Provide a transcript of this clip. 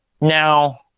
now